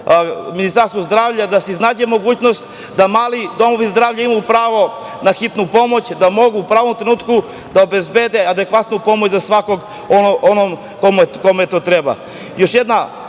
Ministarstvu zdravlja, da se iznađe mogućnost da mali domovi zdravlja imaju pravo na hitnu pomoć, da mogu u pravom trenutku da obezbede adekvatnu pomoć za svakog kome to treba. Još